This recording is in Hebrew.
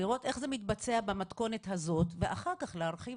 לראות איך זה מתבצע במתכונת הזו ואחר כך להרחיב,